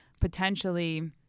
potentially